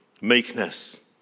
meekness